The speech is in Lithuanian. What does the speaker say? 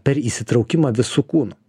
per įsitraukimą visu kūnu